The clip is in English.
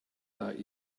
that